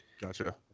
gotcha